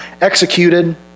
executed